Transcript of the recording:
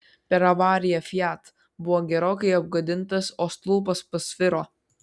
per avariją fiat buvo gerokai apgadintas o stulpas pasviro